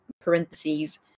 parentheses